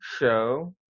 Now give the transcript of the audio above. show